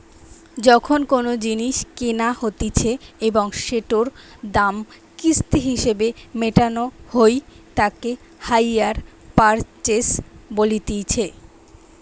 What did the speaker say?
যখন কোনো জিনিস কেনা হতিছে এবং সেটোর দাম কিস্তি হিসেবে মেটানো হই তাকে হাইয়ার পারচেস বলতিছে